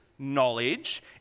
knowledge